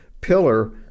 pillar